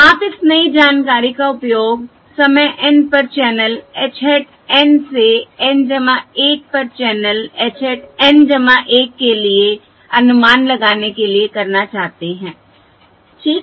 आप इस नई जानकारी का उपयोग समय N पर चैनल h hat N से N 1 पर चैनल h hat N 1 के लिए अनुमान लगाने के लिए करना चाहते हैं ठीक